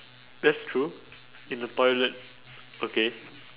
that's true in a toilet okay